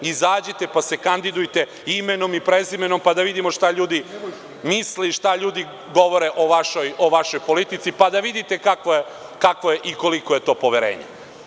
Izađite pa se kandidujete, imenom i prezimenom, pa da vidimo šta ljudi misle i šta ljudi govore o vašoj politici, pa da vidite kakvo je i koliko je to poverenje.